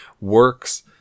works